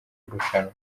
irushanwa